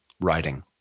writing